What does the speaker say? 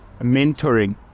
mentoring